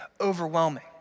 overwhelming